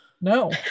No